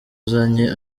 uzanye